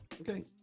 Okay